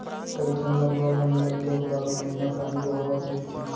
कइठन नरूवा मन म तो बारो महिना पानी बोहावत रहिथे